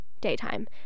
daytime